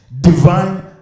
divine